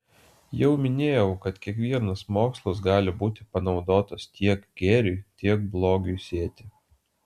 jau minėjau kad kiekvienas mokslas gali būti panaudotas tiek gėriui tiek blogiui sėti